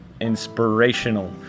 inspirational